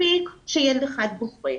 מספיק שילד אחד בוכה,